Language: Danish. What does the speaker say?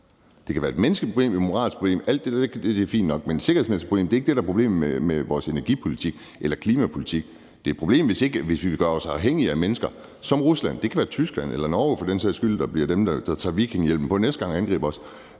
Det kan være et menneskeligt problem, et moralsk problem – alt det er fint nok – men er det et sikkerhedsmæssigt problem? Det er ikke det, der er problemet med vores energipolitik eller klimapolitik. Det er et problem, hvis vi vil gøre os afhængige af lande som Rusland. Det kan være Tyskland eller Norge, for den sags skyld, der bliver dem, der tager vikingehjelmen på næste gang og angriber os.